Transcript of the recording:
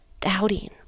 doubting